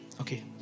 Okay